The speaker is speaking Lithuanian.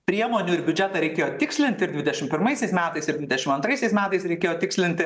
priemonių ir biudžetą reikėjo tikslint ir dvidešim pirmaisiais metais ir dvidešim antraisiais metais reikėjo tikslinti